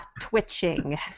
twitching